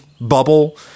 bubble